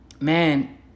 man